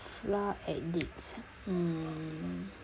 flour addicts um